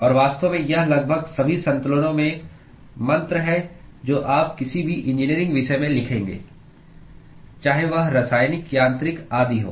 और वास्तव में यह लगभग सभी संतुलनों में मंत्र है जो आप किसी भी इंजीनियरिंग विषय में लिखेंगे चाहे वह रासायनिक यांत्रिक आदि हो